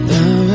Now